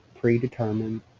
predetermined